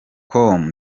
com